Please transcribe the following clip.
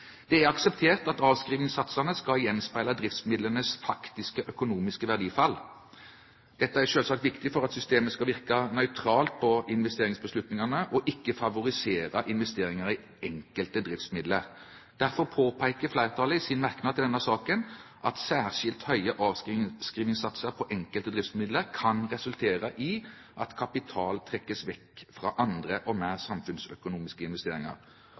Det er akseptert at avskrivningssatsene skal gjenspeile driftsmidlenes faktiske økonomiske verdifall. Dette er selvsagt viktig for at systemet skal virke nøytralt på investeringsbeslutningene, og ikke favorisere investeringer i enkelte driftsmidler. Derfor påpeker flertallet i sin merknad i denne saken at «en særskilt høy avskrivningssats på enkelte driftsmidler vil resultere i at kapital trekkes bort fra andre og mer samfunnsøkonomisk lønnsomme investeringer».